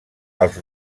als